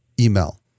email